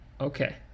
Okay